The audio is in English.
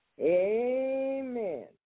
Amen